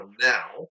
now